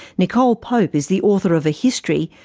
nicole pope is the author of a history,